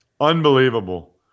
Unbelievable